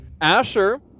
Asher